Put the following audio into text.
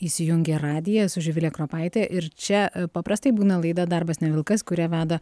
įsijungė radiją esu živilė kropaitė ir čia paprastai būna laida darbas ne vilkas kurią veda